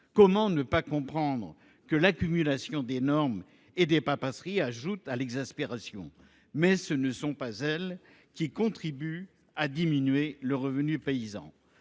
comment ne pas comprendre que l’accumulation des normes et des paperasseries ajoute à l’exaspération, même si ce ne sont pas elles qui contribuent à diminuer le revenu paysan